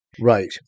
Right